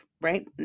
right